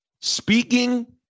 Speaking